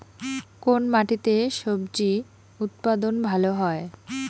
কোন মাটিতে স্বজি উৎপাদন ভালো হয়?